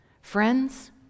Friends